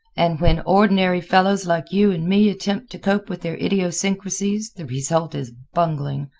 and when ordinary fellows like you and me attempt to cope with their idiosyncrasies the result is bungling.